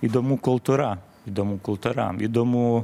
įdomu kultūra įdomu kultūra įdomu